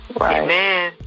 Amen